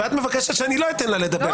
ואת מבקשת שאני לא אתן לה לדבר,